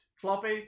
Floppy